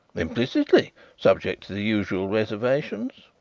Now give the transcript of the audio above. implicitly subject to the usual reservations.